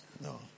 No